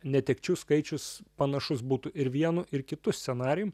netekčių skaičius panašus būtų ir vienu ir kitu scenarijum